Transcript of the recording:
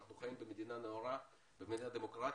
אנחנו חיים במדינה נאורה, במדינה דמוקרטית,